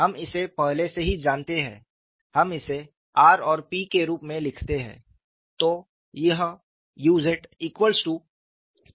हम इसे पहले से ही जानते हैं हम इसे r और 𝞡 के रूप में लिखते हैं